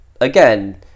again